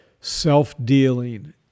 Self-dealing